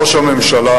ראש הממשלה,